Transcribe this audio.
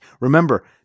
Remember